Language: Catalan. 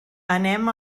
anem